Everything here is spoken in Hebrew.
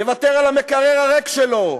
יוותר על המקרר המלא שלו,